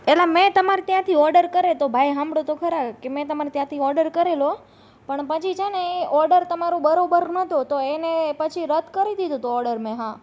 એલા મેં તમારે ત્યાંથી ઓર્ડર કર્યો હતો ભાઈ હસાંભળો તો ખરા કે મેં તમારે ત્યાંથી ઓર્ડર કરેલો પણ પછી છેને એ ઓર્ડર તમારો બરોબર નહોતો તો એને પછી રદ કરી દીધો હતો મેં હા